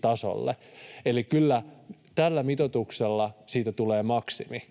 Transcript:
tasolle 0,5. Eli kyllä tällä mitoituksella siitä tulee maksimi.